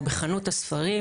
או בחנות הספרים.